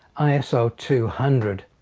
so two hundred.